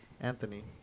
anthony